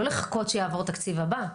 לא לחכות שיעבור התקציב הבא.